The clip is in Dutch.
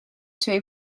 twee